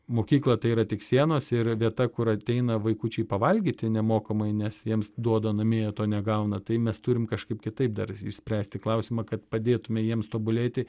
mokykla tai yra tik sienos ir vieta kur ateina vaikučiai pavalgyti nemokamai nes jiems duoda namie jie to negauna tai mes turim kažkaip kitaip dar išspręsti klausimą kad padėtume jiems tobulėti